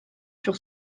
sur